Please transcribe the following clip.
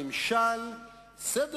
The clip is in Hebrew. את החוק הזה תדחה על הסף.